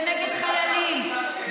נגד חיילים,